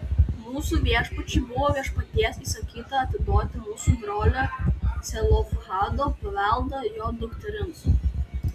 mūsų viešpačiui buvo viešpaties įsakyta atiduoti mūsų brolio celofhado paveldą jo dukterims